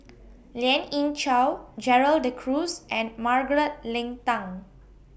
Lien Ying Chow Gerald De Cruz and Margaret Leng Tan